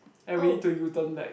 and we need to U turn back